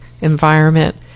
environment